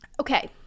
okay